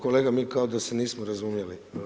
Kolega mi kao da se nismo razumjeli.